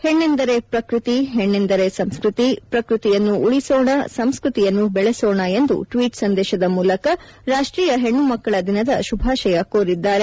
ಹೆಣ್ಣೆಂದರೆ ಪ್ರಕೃತಿ ಹೆಣ್ಣೆಂದರೆ ಸಂಸ್ಕೃತಿ ಪ್ರಕೃತಿಯನ್ನು ಉಳಿಸೋಣ ಸಂಸ್ಕೃತಿಯನ್ನು ಬೆಳೆಸೋಣ ಎಂದು ಟ್ವೀಟ್ ಸಂದೇಶದ ಮೂಲಕ ರಾಷ್ಟೀಯ ಹೆಣ್ಣು ಮಕ್ಕಳ ದಿನದ ಶುಭಾಶಯ ಕೋರಿದ್ದಾರೆ